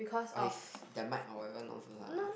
ice their mic or whatever nonsense ah